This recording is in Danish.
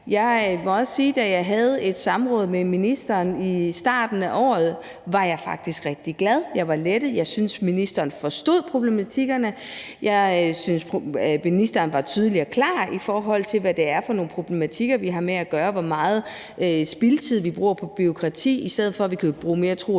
Jeg vil også sige, at da vi havde et samråd med ministeren i starten af året, var jeg faktisk rigtig glad; jeg var lettet, og jeg synes, ministeren forstod problematikkerne. Jeg synes, ministeren var tydelig og klar, i forhold til hvad det er for nogle problematikker, vi har med at gøre – hvor meget spildtid vi bruger på bureaukrati, i stedet for at vi mere kan bruge tro